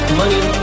money